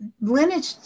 lineage